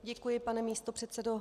Děkuji, pane místopředsedo.